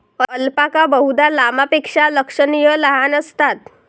alpaca बहुधा लामापेक्षा लक्षणीय लहान असतात